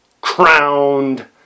crowned